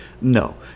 No